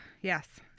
Yes